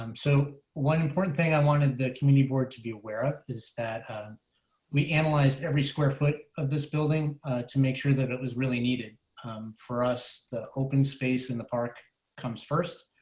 um so, one important thing i wanted the community board to be aware of is that we analyze every square foot of this building to make sure that it was really needed for us the open space in the park comes first.